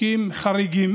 חוקים חריגים